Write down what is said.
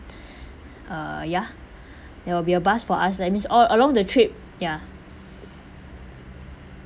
uh ya there will be a bus for us that means all along the trip ya